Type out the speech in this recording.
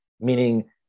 meaning